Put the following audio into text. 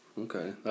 Okay